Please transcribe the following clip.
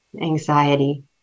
anxiety